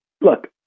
look